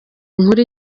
inkuru